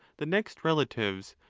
the next relatives,